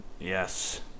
Yes